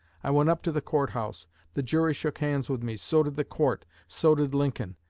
i went up to the court-house the jury shook hands with me, so did the court, so did lincoln.